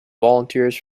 volunteers